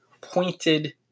pointed